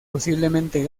posiblemente